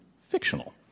fictional